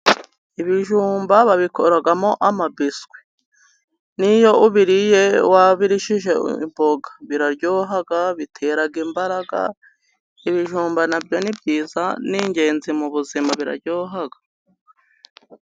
Ibijumba babikoramo amabiswi. N'iyo ubiriye wababiririshije imboga, biraryoha, bitera imbaraga, ibijumba nabyo ni byiza, ni ingenzi mu buzima, biraryoha.